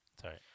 Sorry